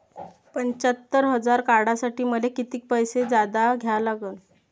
पंच्यात्तर हजार काढासाठी मले कितीक पैसे जादा द्या लागन?